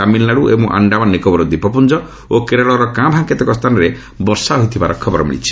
ତାମିଲନାଡ଼ୁ ଏବଂ ଆଶ୍ଡାମାନ ନିକୋବର ଦ୍ୱୀପପୁଞ୍ଜ ଓ କେରଳର କାଁଭାଁ କେତେକ ସ୍ଥାନରେ ବର୍ଷା ହୋଇଥିବାର ଖବର ମିଳିଛି